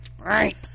right